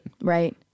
Right